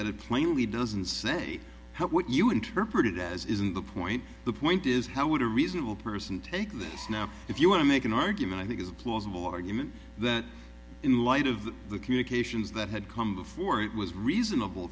that it plainly doesn't say what you interpret it as isn't the point the point is how would a reasonable person take this now if you want to make an argument i think is a plausible argument that in light of the communications that had come before it was reasonable